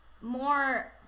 more